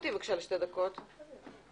זה לא מה שאני מציעה אבל אני גם